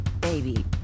baby